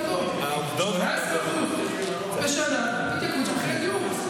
20% בשנה התייקרות של מחירי הדיור.